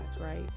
right